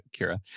Kira